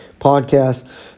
podcast